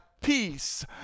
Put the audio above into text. peace